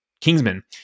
Kingsman